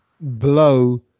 blow